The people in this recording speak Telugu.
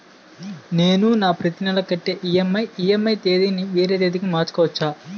నేను నా ప్రతి నెల కట్టే ఈ.ఎం.ఐ ఈ.ఎం.ఐ తేదీ ని వేరే తేదీ కి మార్చుకోవచ్చా?